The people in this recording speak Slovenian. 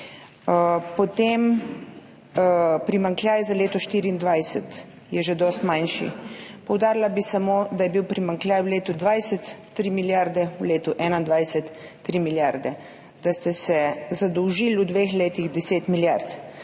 Primanjkljaj za leto 2024 je že dosti manjši. Poudarila bi samo, da je bil primanjkljaj v letu 2020 3 milijarde, v letu 2021 3 milijarde, da ste se zadolžili v dveh letih za 10 milijard,